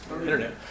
internet